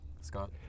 Scott